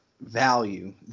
value